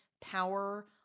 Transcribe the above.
power